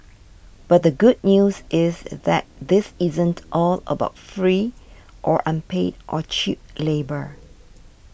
but the good news is that this isn't all about free or unpaid or cheap labour